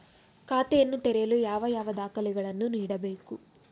ಖಾತೆಯನ್ನು ತೆರೆಯಲು ಯಾವ ಯಾವ ದಾಖಲೆಗಳನ್ನು ನೀಡಬೇಕು?